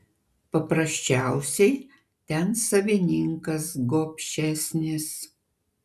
paprasčiausiai ten savininkas gobšesnis